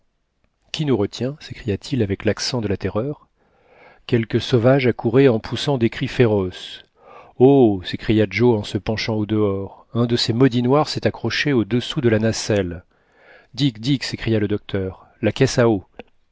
qui nous retient sécria t il avec l'accent la terreur quelques sauvages accouraient en poussant des cris féroces oh s'écria joe en se penchant au dehors un de ces maudits noirs s'est accroché au-dessous de la nacelle dick dick s'écria le docteur la caisse à eau